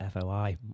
FOI